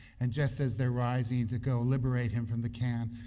and justice they're rising to go liberate him from the can,